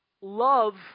love